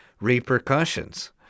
repercussions